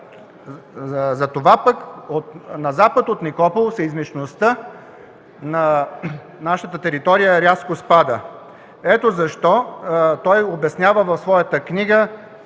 Затова пък на запад от Никопол сеизмичността на нашата територия рязко спада. Той обяснява в своята книга,